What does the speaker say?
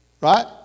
Right